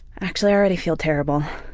actually i already feel terrible.